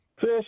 Fish